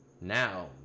Now